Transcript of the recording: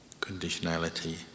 conditionality